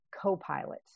co-pilot